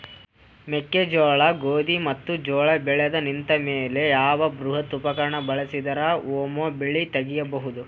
ಮೆಕ್ಕೆಜೋಳ, ಗೋಧಿ ಮತ್ತು ಜೋಳ ಬೆಳೆದು ನಿಂತ ಮೇಲೆ ಯಾವ ಬೃಹತ್ ಉಪಕರಣ ಬಳಸಿದರ ವೊಮೆ ಬೆಳಿ ತಗಿಬಹುದು?